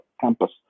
campus